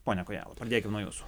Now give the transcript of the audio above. pone kojala pradėkim nuo jūsų